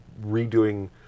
redoing